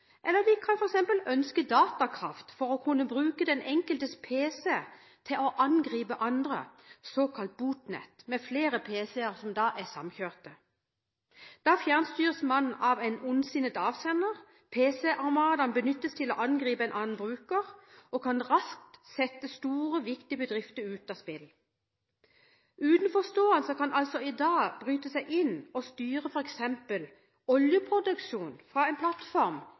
eller de kan ønske datakraft for å kunne bruke den enkeltes pc til å angripe andre, såkalt botnet, med flere pc-er som da er samkjørte. Da fjernstyres man av en ondsinnet avsender. Pc-armadaen benyttes til å angripe en annen bruker og kan raskt sette store, viktige bedrifter ut av spill. Utenforstående kan altså i dag bryte seg inn og styre f.eks. oljeproduksjonen fra en plattform